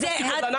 אני